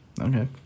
Okay